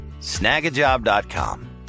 Snagajob.com